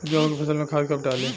गेहूं के फसल में खाद कब डाली?